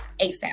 ASAP